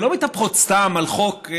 ולא מתהפכות סתם על חוק,